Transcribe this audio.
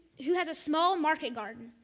who has a small market garden.